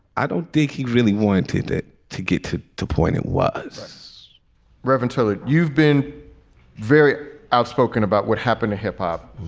i don't think he really wanted it to get to the point. it was reverently you've been very outspoken about what happened to hip hop.